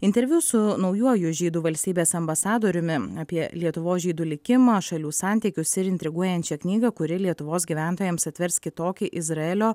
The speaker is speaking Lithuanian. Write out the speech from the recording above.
interviu su naujuoju žydų valstybės ambasadoriumi apie lietuvos žydų likimą šalių santykius ir intriguojančią knygą kuri lietuvos gyventojams atvers kitokį izraelio